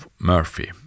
Murphy